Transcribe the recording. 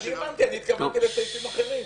אני התכוונתי לגופים אחרים.